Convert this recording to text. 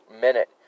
minute